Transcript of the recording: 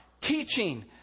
teaching